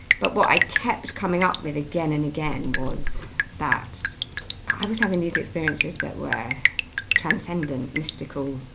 but what i kept coming up with again and again was that i was having these experiences that were transcendent, mystical,